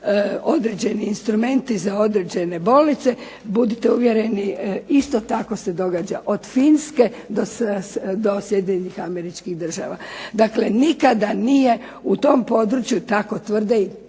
određeni instrumenti za određene bolnice, budite uvjereni isto tako se događa od Finske do Sjedinjenih država. Dakle, nikada nije u tom području tako tvrde,